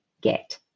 get